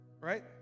Right